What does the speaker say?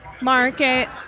Market